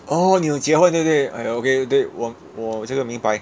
orh 你有结婚对不对 !aiyo! okay 我我觉得明白